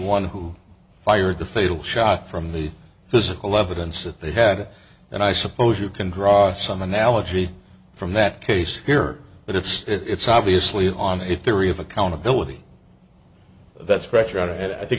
one who fired the fatal shot from the physical evidence that they had and i suppose you can draw some analogy from that case here but it's obviously on if the re of accountability that's pressure and i think